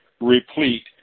replete